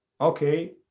Okay